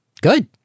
good